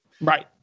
Right